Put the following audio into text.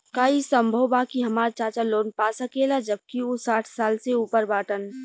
का ई संभव बा कि हमार चाचा लोन पा सकेला जबकि उ साठ साल से ऊपर बाटन?